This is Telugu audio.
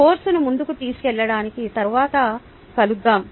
కోర్సును ముందుకు తీసుకెళ్లడానికి తరువాత కలుద్దాం